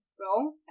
wrong